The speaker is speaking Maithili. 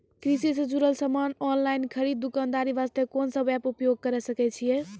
कृषि से जुड़ल समान ऑनलाइन खरीद दुकानदारी वास्ते कोंन सब एप्प उपयोग करें सकय छियै?